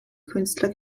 künstler